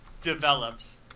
develops